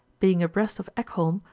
being abreast of ekholm,